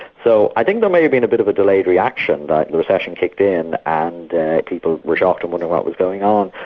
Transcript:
so i think there may have been a bit of a delayed reaction that the recession kicked in and people were shocked and wondering what was going on.